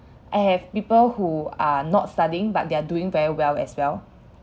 I have people who are not studying but they are doing very well as well